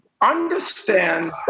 Understand